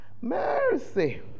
Mercy